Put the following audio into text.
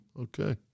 okay